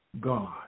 God